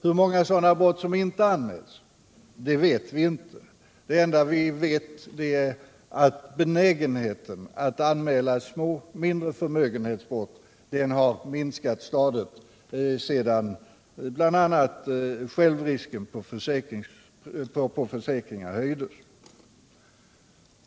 Hur många sådana brott som inte anmäls vet vi inte — vi kan bara konstatera att benägenheten att anmäla mindre förmögenhetsbrott har minskat stadigt bl.a. sedan självrisken på försäkringar höjdes.